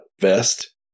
vest